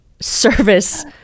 Service